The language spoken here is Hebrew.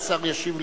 והשר ישיב לכולם.